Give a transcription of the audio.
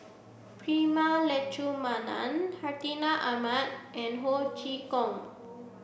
Prema Letchumanan Hartinah Ahmad and Ho Chee Kong